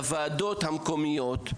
לוועדות המקומיות,